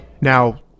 Now